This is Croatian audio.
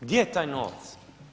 Gdje je taj novac?